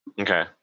Okay